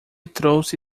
trouxe